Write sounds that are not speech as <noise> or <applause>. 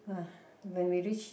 <breath> when we reach